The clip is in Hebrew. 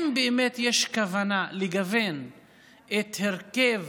אם באמת יש כוונה לגוון את ההרכב,